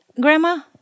Grandma